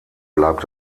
bleibt